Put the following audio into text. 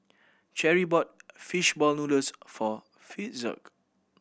Cheri bought fish ball noodles for Fitzhugh